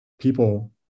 people